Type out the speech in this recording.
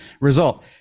Result